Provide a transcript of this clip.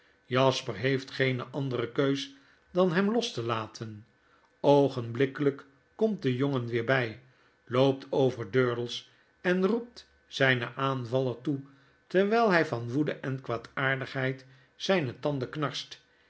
jasper heeft geene andere keus dan hem los te laten oogenblikkelyk komt de jongen weer by loopt over durdels en roept z jn aanvaller toe terwyl hy van woede en kwaadaardigheid zyne tanden knarst